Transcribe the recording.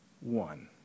one